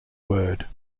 word